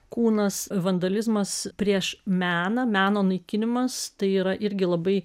kūnas vandalizmas prieš meną meno naikinimas tai yra irgi labai